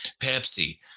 Pepsi